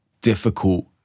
difficult